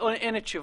אין תשובות.